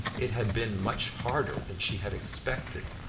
it had been much harder than she had expected,